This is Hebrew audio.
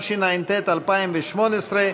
התשע"ט 2018,